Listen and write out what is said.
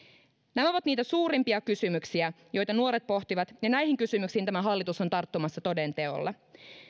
nämä ovat niitä suurimpia kysymyksiä joita nuoret pohtivat ja näihin kysymyksiin tämä hallitus on tarttumassa toden teolla